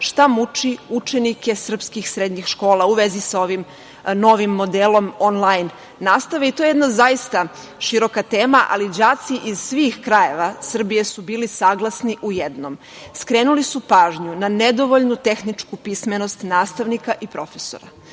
šta muči učenike srpskih srednjih škola u vezi sa ovim novim modelom on-lajn nastave i to je jedna zaista široka tema, ali đaci iz svih krajeva Srbije su bili saglasni u jednom – skrenuli su pažnju na nedovoljnu tehničku pismenost nastavnika i profesora.